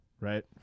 right